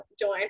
join